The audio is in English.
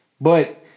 But-